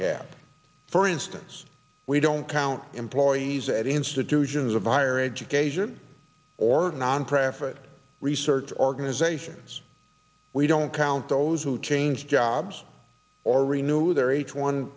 cap for instance we don't count employees at institutions of higher education or nonprofit research organizations we don't count those who change jobs or renew their each one